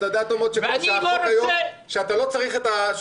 אתה יודע טוב מאוד שאתה לא צריך את השוויון